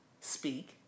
speak